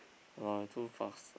ah too fast